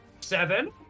Seven